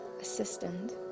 Assistant